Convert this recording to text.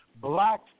black